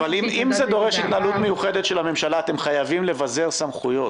אבל אם זה דורש התנהלות מיוחדת של הממשלה אתם חייבים לבזר סמכויות.